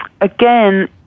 again